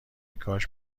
کاش